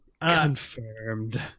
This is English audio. Confirmed